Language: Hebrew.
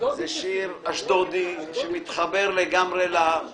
אמרתי לחברי בצלאל סמוטריץ'